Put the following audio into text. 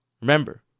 Remember